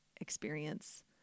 experience